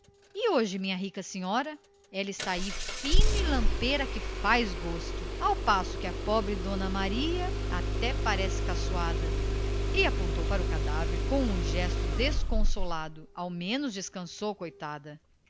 e hoje minha rica ela está aí fina e lampeira que faz gosto ao passo que a pobre da senhora d maria do carmo deus me perdoe até parece feitiçaria e apontou para o cadáver com um gesto desconsolado ao menos descansou coitada